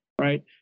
right